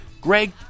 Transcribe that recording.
Greg